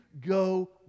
go